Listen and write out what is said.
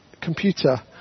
computer